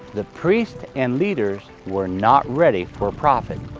the priests and leaders were not ready for a prophet,